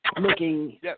looking